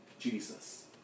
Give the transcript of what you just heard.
Jesus